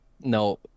no